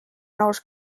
nous